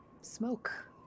smoke